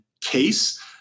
case